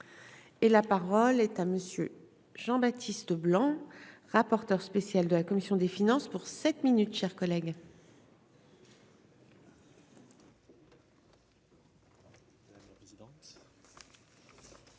et la parole est à monsieur Jean Baptiste, rapporteur spécial de la commission des finances pour sept minutes chers collègues. Madame, madame la présidente,